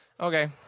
Okay